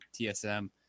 TSM